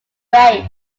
race